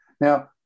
Now